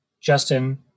Justin